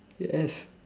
yes